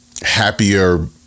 happier